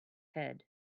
head